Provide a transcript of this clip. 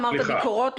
אמרת ביקורות,